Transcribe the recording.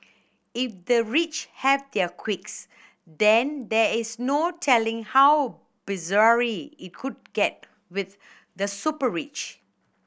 if the rich have their quirks then there is no telling how bizarre it could get with the super rich